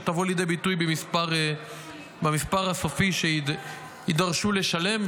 שתבוא לידי ביטוי במספר הסופי שיידרשו לשלם.